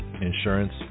insurance